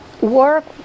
work